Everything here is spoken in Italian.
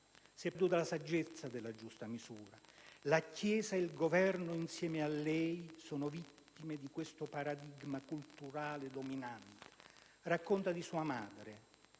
Si è perduta la saggezza della giusta misura. La Chiesa, e il Governo insieme a lei, sono vittime di questo paradigma culturale dominante. Racconta di sua madre: